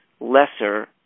lesser